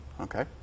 Okay